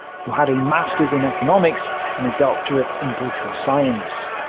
who had a masters in economics and a doctorate in political science.